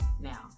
Now